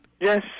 Yes